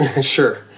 sure